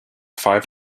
five